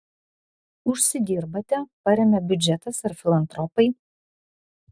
užsidirbate paremia biudžetas ar filantropai